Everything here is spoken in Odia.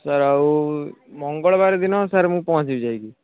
ସାର୍ ଆଉ ମଙ୍ଗଳବାର ଦିନ ସାର୍ ମୁଁ ପହଞ୍ଚିବି ଯାଇକି